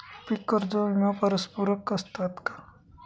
पीक कर्ज व विमा परस्परपूरक असतात का?